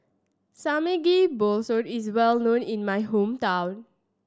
Samgeyopsal is well known in my hometown